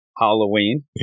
halloween